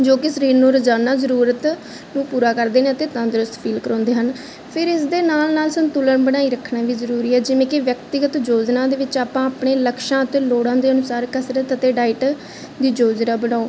ਜੋ ਕਿ ਸਰੀਰ ਨੂੰ ਰੋਜ਼ਾਨਾ ਜ਼ਰੂਰਤ ਨੂੰ ਪੂਰਾ ਕਰਦੇ ਨੇ ਅਤੇ ਤੰਦਰੁਸਤ ਫੀਲ ਕਰਵਾਉਂਦੇ ਹਨ ਫਿਰ ਇਸ ਦੇ ਨਾਲ ਨਾਲ ਸੰਤੁਲਨ ਬਣਾਈ ਰੱਖਣਾ ਵੀ ਜ਼ਰੂਰੀ ਹੈ ਜਿਵੇਂ ਕਿ ਵਿਅਕਤੀਗਤ ਯੋਜਨਾ ਦੇ ਵਿੱਚ ਆਪਾਂ ਆਪਣੇ ਲਕਸ਼ਾਂ ਅਤੇ ਲੋੜਾਂ ਦੇ ਅਨੁਸਾਰ ਕਸਰਤ ਅਤੇ ਡਾਇਟ ਦੀ ਯੋਜਨਾ ਬਣਾਓ